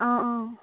অঁ অঁ